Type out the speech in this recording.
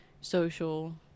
social